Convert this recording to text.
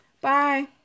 Bye